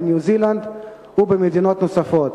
בניו-זילנד ובמדינות נוספות,